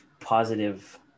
positive